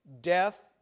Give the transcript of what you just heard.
death